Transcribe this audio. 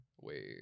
Wait